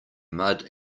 mud